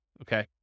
okay